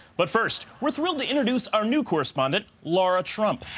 but first, we'll thrilled to introduce our new correspondent, lara trump.